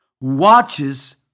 watches